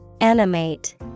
Animate